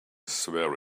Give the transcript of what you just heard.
swear